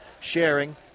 sharing